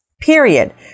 period